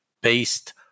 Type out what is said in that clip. based